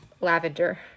lavender